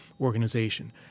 organization